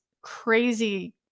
crazy